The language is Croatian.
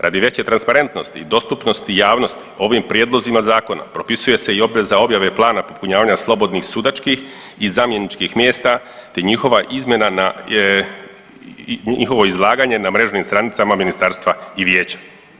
Radi veće transparentnosti i dostupnosti javnosti ovim prijedlozima zakona propisuje se i obveza objave plana popunjavanja slobodnih sudačkih i zamjeničkih mjesta te njihova izmjena na, njihovo izlaganje na mrežnim stranicama ministarstva i vijeća.